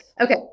Okay